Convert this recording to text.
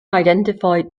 identified